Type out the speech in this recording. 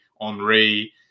Henri